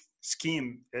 scheme